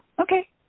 okay